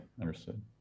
understood